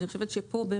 אני חושבת שפה,